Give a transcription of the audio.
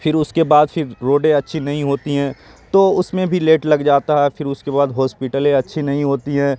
پھر اس کے بعد پھر روڈیں اچھی نہیں ہوتی ہیں تو اس میں بھی لیٹ لگ جاتا ہے اور پھر اس کے بعد ہاسپٹلیں اچھی نہیں ہوتی ہیں